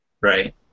Right